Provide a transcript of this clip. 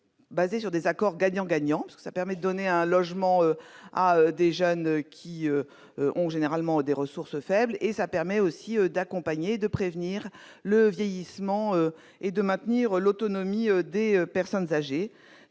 fondée sur des accords gagnant-gagnant, parce qu'elle permet, d'une part, de donner un logement à des jeunes disposant généralement de ressources faibles et, d'autre part, d'accompagner et de prévenir le vieillissement et de maintenir l'autonomie des personnes âgées.